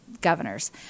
governors